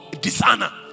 dishonor